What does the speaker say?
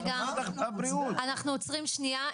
אנחנו עוצרים שנייה.